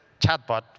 chatbot